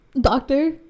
Doctor